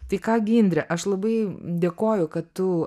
tai ką gi indre aš labai dėkoju kad tu